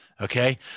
Okay